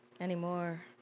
Anymore